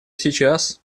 сейчас